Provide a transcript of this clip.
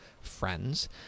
friends